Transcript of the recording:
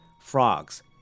Frogs